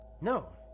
No